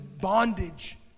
bondage